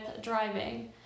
driving